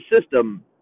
system